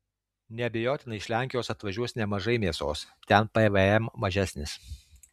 neabejotinai iš lenkijos atvažiuos nemažai mėsos ten pvm mažesnis